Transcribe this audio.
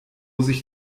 sich